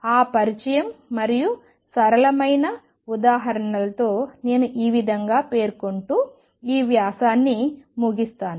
ఆ పరిచయం మరియు సరళమైన ఉదాహరణతో నేను ఈ విదంగా పేర్కొంటూ ఈ ఉపన్యాసాన్ని ముగిస్తాను